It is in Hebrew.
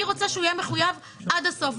אני רוצה שהוא יהיה מחויב עד הסוף.